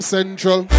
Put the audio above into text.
Central